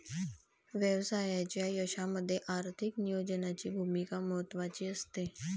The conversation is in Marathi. व्यवसायाच्या यशामध्ये आर्थिक नियोजनाची भूमिका महत्त्वाची असते